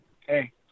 Hey